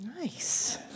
Nice